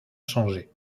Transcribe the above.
changé